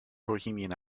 bohemian